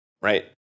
right